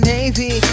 Navy